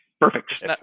Perfect